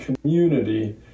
community